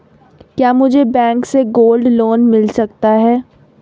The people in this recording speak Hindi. क्या मुझे बैंक से गोल्ड लोंन मिल सकता है?